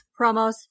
promos